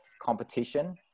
competition